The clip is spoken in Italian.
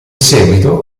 seguito